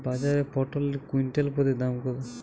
বাজারে পটল এর কুইন্টাল প্রতি দাম কত?